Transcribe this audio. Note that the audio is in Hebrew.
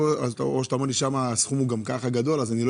או שאתה אומר ששם הסכום הוא גדול ולכן אתה